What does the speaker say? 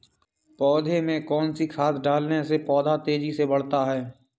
पौधे में कौन सी खाद डालने से पौधा तेजी से बढ़ता है?